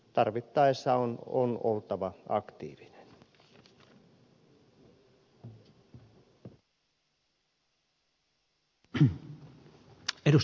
tarvittaessa on oltava aktiivinen